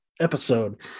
episode